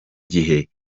gihe